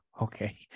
Okay